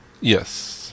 Yes